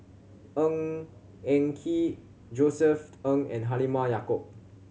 Ng Eng Kee Josef Ng and Halimah Yacob